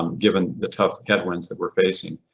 um given the tough headwinds that we're facing.